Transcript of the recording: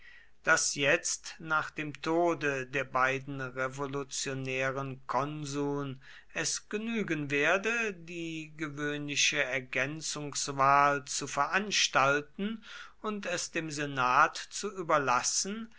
daß jetzt nach dem tode der beiden revolutionären konsuln es genügen werde die gewöhnliche ergänzungswahl zu veranstalten und es dem senat zu überlassen